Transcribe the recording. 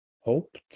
hoped